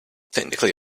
technically